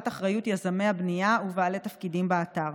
אחריות יזמי הבנייה ובעלי תפקידים באתר.